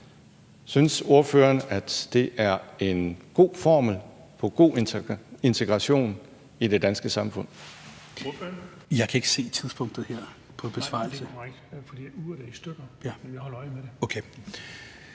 Synes ordføreren, at det er en god formel for god integration i det danske samfund?